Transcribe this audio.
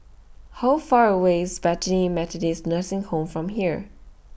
How Far away IS Bethany Methodist Nursing Home from here